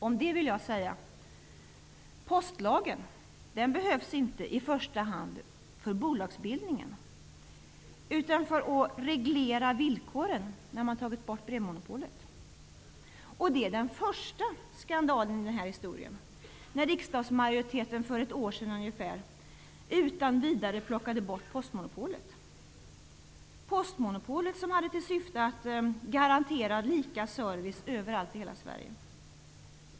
Om detta vill jag säga: Postlagen behövs inte i första hand för bolagsbildningen, utan för att reglera villkoren när man tagit bort brevmonopolet. Och det är den första skandalen i den här histoien; dvs. när riksdagsmajoriteten för ungefär ett år sen utan vidare plockade bort postmonopolet. Postmonopolet hade till syfte att garantera lika service överallt i hela Sverige.